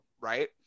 right